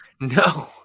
No